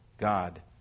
God